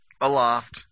aloft